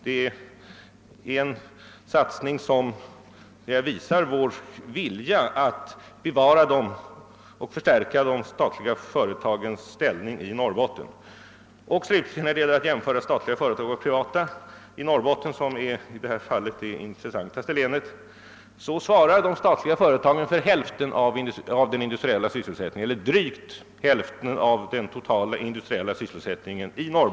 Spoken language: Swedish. Det är en satsning som visar vår vilja att bevara och stärka de statliga företagens ställning i Norrbotten. Vad slutligen gäller jämförelsen mellan statliga och privata företag i Norrbotten, som här är det intressantaste länet, så svarar de statliga företagen för drygt hälften av den totala industriella sysselsättningen där.